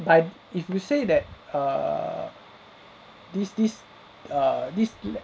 but if you say that err this this err this l~